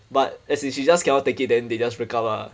but as in she just cannot take it then they just break up lah